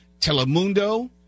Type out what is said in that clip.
Telemundo